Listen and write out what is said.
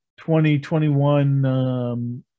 2021